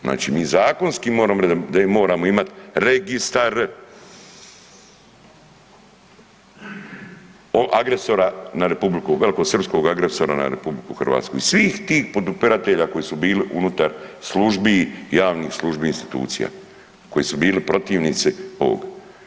Znači, mi zakonski moramo reći da moramo imati registar agresora na republiku, velikosrpskog agresora na RH i svih tih podupiratelja koji su bili unutar službi, javnih službi i institucija, koji su bili protivnici ovog.